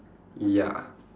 ya